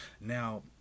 Now